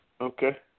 Okay